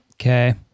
Okay